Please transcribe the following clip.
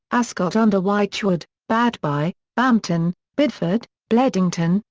ascot-under-wychwood, badby, bampton, bidford, bledington,